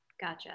Gotcha